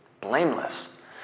Blameless